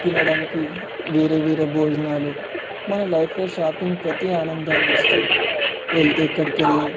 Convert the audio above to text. తినడంకి వేరే వేరే భోజనాలు మన లైఫ్లో షాపింగ్ ప్రతీ ఆనందాన్ని ఇస్తుంది వెళ్తే ఎక్కడికి వెళ్ళినా